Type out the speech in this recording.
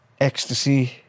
ecstasy